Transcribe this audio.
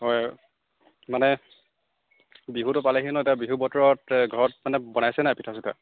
হয় মানে বিহুটো পালেহি ন এতিয়া বিহু বতৰত ঘৰত মানে বনাইছেন নাই পিঠা চিঠা